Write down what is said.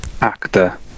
actor